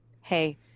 hey